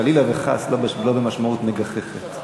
וחלילה וחס לא במשמעות מגחכת.